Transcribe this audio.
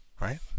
Right